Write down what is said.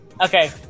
Okay